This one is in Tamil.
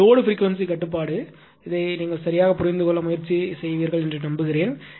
இந்த லோடுப்ரீக்வென்சி கட்டுப்பாடு இதை சரியாக புரிந்து கொள்ள முயற்சி செய்வீர்கள் என்று நம்புகிறேன்